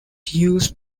used